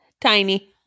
tiny